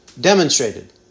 demonstrated